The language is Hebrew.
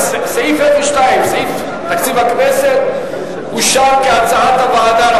סעיף 02, סעיף תקציב הכנסת, אושר כהצעת הוועדה.